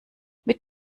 mit